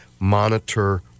Monitor